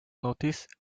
notice